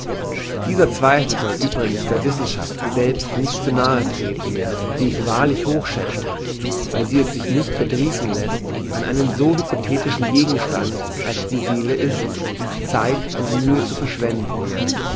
dieser zweifel soll übrigens der wissenschaft selbst nicht zu nahe treten die ich wahrlich hoch schäze weil sie es sich nicht verdrießen läßt an einen so hypothetischen gegenstand als die seele ist zeit und mühe zu verschwenden